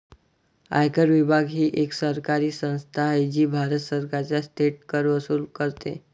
आयकर विभाग ही एक सरकारी संस्था आहे जी भारत सरकारचा थेट कर वसूल करते